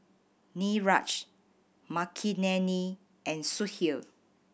Niraj Makineni and Sudhir